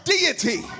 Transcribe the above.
deity